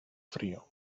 frío